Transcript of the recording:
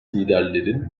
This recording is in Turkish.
liderlerin